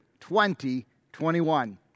2021